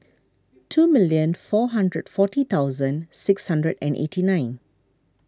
two million four hundred forty thousand six hundred and eighty nine